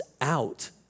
out